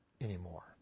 anymore